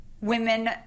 women